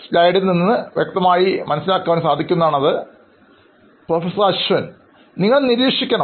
Slide നോക്കുക professor Ashwin നിങ്ങൾ നിരീക്ഷിക്കണം